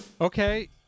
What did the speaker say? Okay